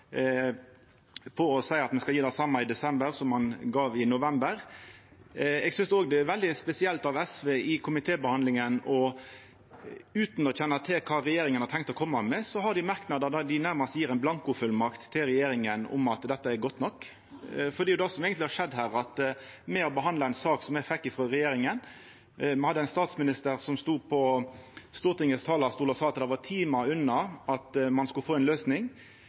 å gje det same i desember som i november. Eg synest òg det er veldig spesielt av SV i komitébehandlinga, utan å kjenna til kva regjeringa har tenkt å koma med, å ha merknader der dei nærmast gjev ein blankofullmakt til regjeringa om at dette er godt nok. Det er jo eigentleg det som har skjedd her: Me har behandla ei sak me fekk frå regjeringa. Me hadde ein statsminister som stod på talarstolen i Stortinget og sa at ein var timar unna å få ei løysing. Det var